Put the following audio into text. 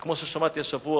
וכמו ששמעתי השבוע,